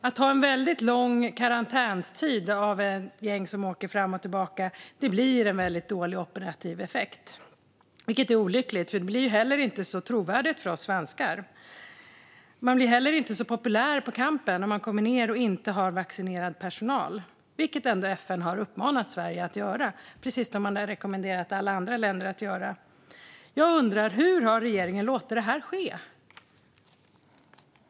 Att ha en väldigt lång karantäntid för ett gäng som åker fram och tillbaka ger en väldigt dålig operativ effekt, vilket är olyckligt, för det blir inte så trovärdigt för oss svenskar. Man blir inte heller så populär på campen när man kommer ned och inte har vaccinerad personal. FN har ändå uppmanat Sverige att vaccinera, precis som man har rekommenderat alla andra länder att göra. Jag undrar: Hur har regeringen låtit detta ske?